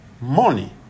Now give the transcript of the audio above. money